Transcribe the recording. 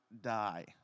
die